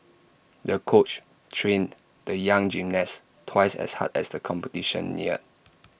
the coach trained the young gymnast twice as hard as the competition neared